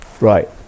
Right